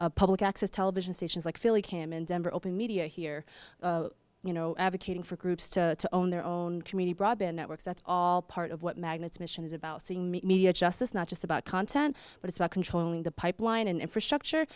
stations public access television stations like philly cam in denver open media here you know advocating for groups to own their own committee broadband networks that's all part of what magnus mission is about seeing media justice not just about content but it's about controlling the pipeline and infrastructure